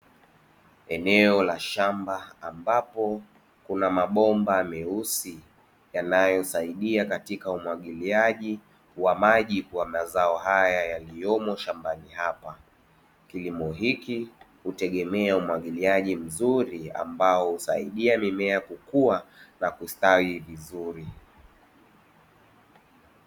Eneo la shamba ambapo kuna mabomba meusi yanayosaidia katika umwagiliaji wa maji kwa mazao haya yaliyomo shambani hapa, kilimo hiki hutegemea umwagiliaji mzuri ambao husaidia mimea kukua na kustawi vizuri.